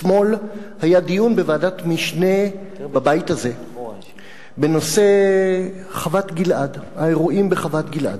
אתמול היה דיון בוועדת משנה בבית הזה בנושא האירועים בחוות-גלעד.